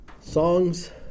Songs